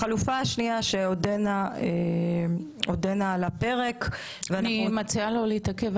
החלופה השנייה שעודנה על הפרק --- אני מציעה לא להתעכב